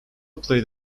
played